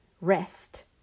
rest